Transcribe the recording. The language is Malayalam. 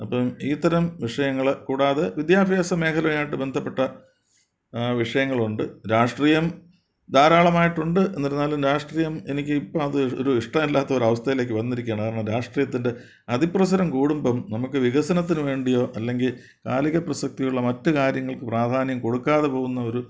അപ്പം ഈ തരം വിഷയങ്ങൾ കൂടാതെ വിദ്യാഭ്യാസ മേഖലയായിട്ട് ബന്ധപ്പെട്ട ആ വിഷയങ്ങളുണ്ട് രാഷ്ട്രീയം ധാരാളമായിട്ടുണ്ട് എന്നിരുന്നാലും രാഷ്ട്രീയം എനിക്ക് ഇപ്പോൾ അത് ഒരു ഇഷ്ടമല്ലാത്ത ഒരു അവസ്ഥയിലേക്ക് വന്നിരിക്കുകയാണ് കാരണം രാഷ്ട്രീയത്തിൻ്റെ അതിപ്രസരം കൂടുംബം നമുക്ക് വികസനത്തിനു വേണ്ടിയോ അല്ലെങ്കിൽ കാലിക പ്രസക്തിയുള്ള മറ്റു കാര്യങ്ങൾക്ക് പ്രാധാന്യം കൊടുക്കാതെ പോകുന്ന ഒരു